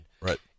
Right